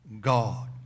God